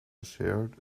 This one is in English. shared